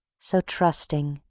so trusting,